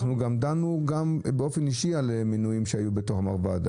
אנחנו גם דנו באופן אישי על מינויים שהיו בתוך מרב"ד.